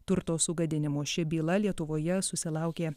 turto sugadinimu ši byla lietuvoje susilaukė